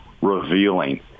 revealing